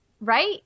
right